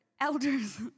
Elders